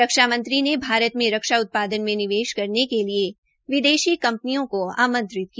रक्षा मंत्री ने भारत में रक्षा उत्पादन में निवेश करने के लिए विदेशी कंपनियों को आंमत्रित किया